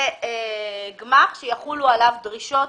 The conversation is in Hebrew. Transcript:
גמ"ח שיחולו עליו דרישות